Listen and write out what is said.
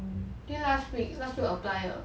then last week last week apply 了